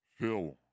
Phil